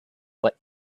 but